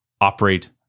operate